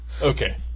Okay